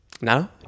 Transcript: No